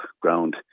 ground